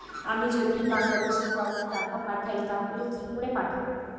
আমি যদি বাংলাদেশে কাউকে টাকা পাঠাই তাহলে কি করে পাঠাবো?